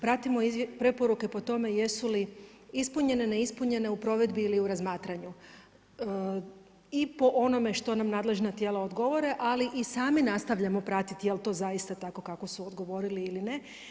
Pratimo preporuke po tome jesu li ispunjene, neispunjene u provedbi ili u razmatranju, i po onome što nam nadležna tijela odgovore ali i sami nastavljamo pratiti je li to zaista tako kako su odgovorili ili ne.